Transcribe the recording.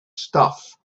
stuff